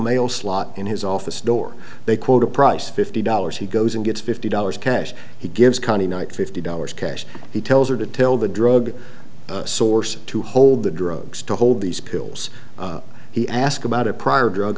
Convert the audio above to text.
mail slot in his office door they quote a price fifty dollars he goes and gets fifty dollars cash he gives conny night fifty dollars cash he tells her to tell the drug source to hold the drugs to hold these pills he asked about a prior drug